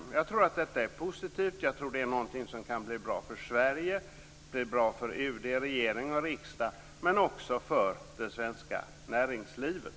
Detta är någonting som kan bli bra för Sverige, för UD, för regering och riksdag men också för det svenska näringslivet.